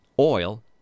oil